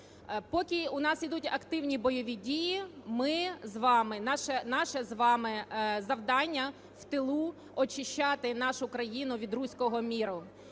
Поки у нас ідуть активні бойові дії ми з вами, наше з вами завдання в тилу очищати нашу країну від "русского мира".